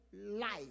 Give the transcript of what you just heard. life